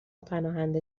پناهنده